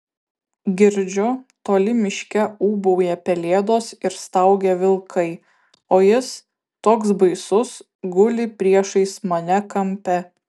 girdžiu toli miške ūbauja pelėdos ir staugia vilkai o jis toks baisus guli priešais mane kampe